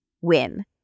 win